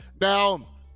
Now